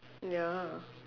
ya